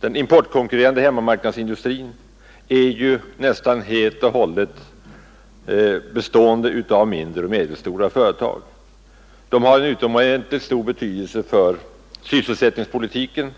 Den importkonkurrerande hemmamarknadsindustrin består nästan uteslutande av mindre och medelstora företag. De är av utomordentligt stor betydelse för sysselsättningspolitiken.